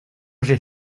j’ai